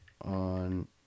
on